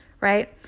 Right